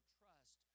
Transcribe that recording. trust